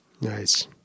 Nice